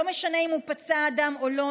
לא משנה אם הוא פצע אדם או לא,